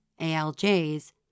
ALJs